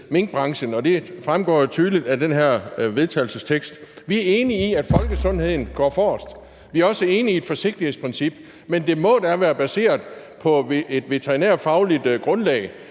minkbranchen, og det fremgår jo tydeligt af det her forslag til vedtagelse. Vi er enige i, at folkesundheden går forrest, og vi er også enige i et forsigtighedsprincip, men det må da være baseret på et veterinærfagligt grundlag.